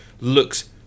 looks